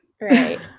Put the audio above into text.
Right